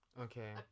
Okay